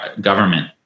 government